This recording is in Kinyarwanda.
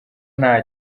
nta